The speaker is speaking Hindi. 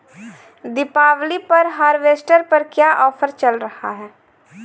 दीपावली पर हार्वेस्टर पर क्या ऑफर चल रहा है?